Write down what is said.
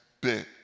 bit